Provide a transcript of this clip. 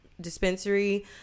dispensary